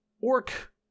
Orc